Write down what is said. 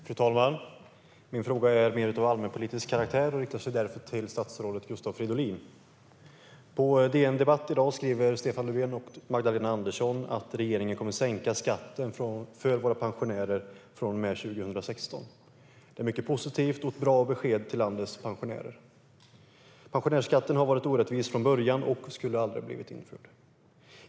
Fru talman! Min fråga är mer av allmänpolitisk karaktär och riktar sig därför till statsrådet Gustav Fridolin. På DN Debatt i dag skriver Stefan Löfven och Magdalena Andersson att regeringen kommer att sänka skatten för våra pensionärer från och med 2016. Det är mycket positivt och ett bra besked för landets pensionärer. Pensionärsskatten har varit orättvis från början och skulle aldrig ha blivit införd.